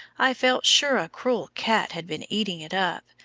i felt sure a cruel cat had been eating it up,